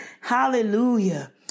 Hallelujah